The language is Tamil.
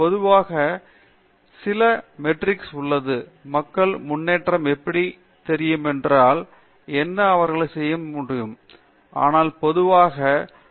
பொதுவாக சில மெட்ரிக்ஸ் உள்ளது மக்கள் முன்னேற்றம் எப்படி தெரியும் என்றால் என்ன அவர்கள் செய்த காரணங்கள் என்ன தரங்கள் அவர்களுக்கு கிடைத்தது எந்த வகை வெளியீடு முதலியவை